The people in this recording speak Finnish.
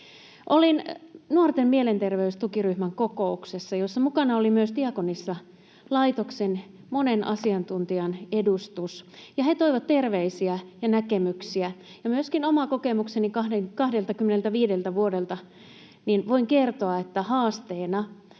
Olin nuorten mielenterveystukiryhmän kokouksessa, jossa mukana oli myös Diakonissalaitoksen monen asiantuntijan edustus, ja he toivat terveisiä ja näkemyksiä. Myöskin omasta kokemuksestani 25 vuodelta voin kertoa, että haasteena